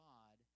God